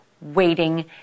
waiting